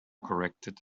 corrected